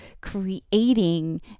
creating